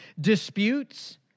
Disputes